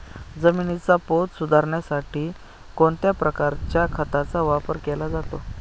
जमिनीचा पोत सुधारण्यासाठी कोणत्या प्रकारच्या खताचा वापर केला जातो?